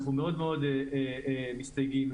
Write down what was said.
אנחנו מאוד מאוד מסתייגים ממנה.